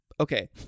Okay